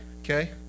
okay